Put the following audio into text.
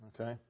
Okay